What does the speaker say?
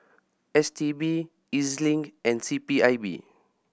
S T B E Z Link and C P I B